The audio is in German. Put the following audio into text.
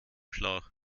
schlauch